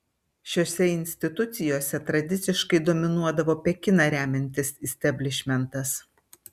šiose institucijose tradiciškai dominuodavo pekiną remiantis isteblišmentas